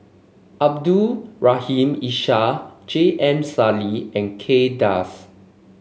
Abdul Rahim Ishak J M Sali and Kay Das